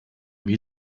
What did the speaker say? wie